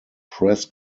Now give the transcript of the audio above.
press